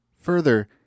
Further